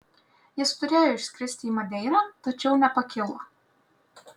jis turėjo išskristi į madeirą tačiau nepakilo